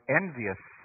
envious